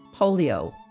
polio